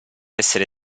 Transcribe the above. essere